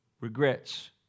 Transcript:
regrets